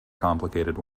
complicated